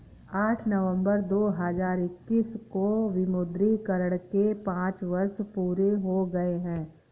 आठ नवंबर दो हजार इक्कीस को विमुद्रीकरण के पांच वर्ष पूरे हो गए हैं